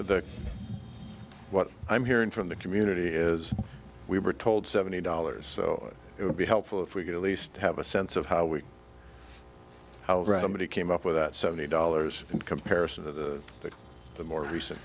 the what i'm hearing from the community is we were told seventy dollars so it would be helpful if we could at least have a sense of how we already came up with that seventy dollars in comparison to the more recent